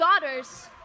daughters